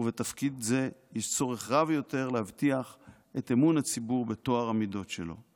ובתפקיד זה יש צורך רב יותר להבטיח את אמון הציבור בטוהר המידות שלו.